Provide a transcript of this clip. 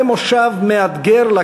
אך המושב הקרוב,